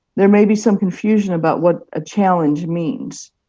there may be some confusion about what a challenge means.